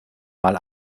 mal